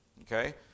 Okay